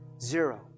zero